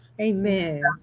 Amen